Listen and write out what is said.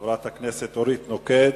חברת הכנסת אורית נוקד.